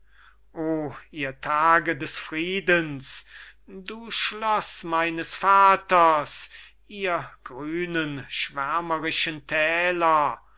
o ihr tage des friedens du schloß meines vaters ihr grünen schwärmerischen thäler